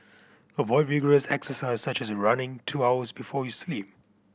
avoid vigorous exercise such as running two hours before you sleep